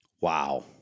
Wow